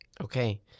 Okay